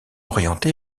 orienté